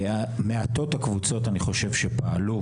מעטות הקבוצות שפעלו,